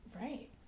Right